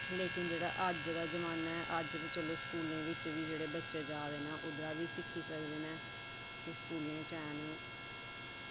लेकिन जेह्ड़ा अज्ज दा जमाना ऐ अज्ज जेह्ड़े स्कूल बच्चे जा'रदे न ओह्बी सिक्खी सकदे न फ्ही स्कूलें च हैन